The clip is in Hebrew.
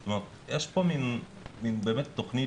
זאת אומרת שיש פה מין באמת תוכנית